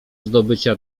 zdobycia